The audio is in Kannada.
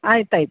ಆಯ್ತಾಯಿತು